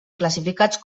classificats